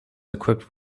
equipped